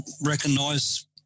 recognise